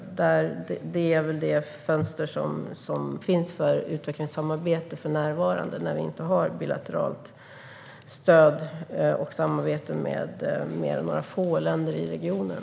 Det är väl det fönster som finns för utvecklingssamarbete för närvarande, när vi inte har bilateralt stöd eller samarbete med mer än några få länder i regionen.